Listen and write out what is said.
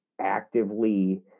actively